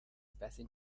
passing